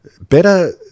Better